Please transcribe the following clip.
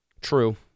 True